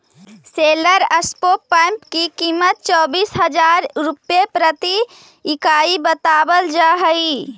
solar spray pump की कीमत चौबीस हज़ार रुपए प्रति इकाई बतावल जा हई